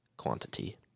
quantity